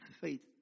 faith